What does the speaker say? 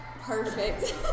perfect